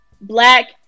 black